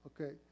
okay